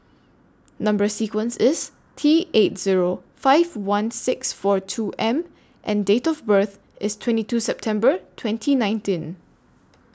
Number sequence IS T eight Zero five one six four two M and Date of birth IS twenty two September twenty nineteen